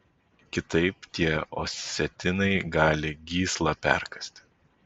kitaip tie osetinai gali gyslą perkąsti